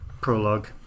prologue